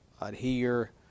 adhere